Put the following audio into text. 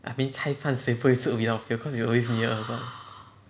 I mean 菜饭谁不会吃 without fail cause it's always near us [what]